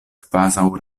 kvazaŭ